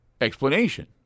explanation